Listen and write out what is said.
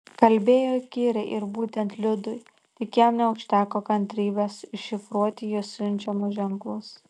kalbėjo įkyriai ir būtent liudui tik jam neužteko kantrybės iššifruoti jos siunčiamus ženklus